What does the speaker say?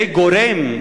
זה גורם,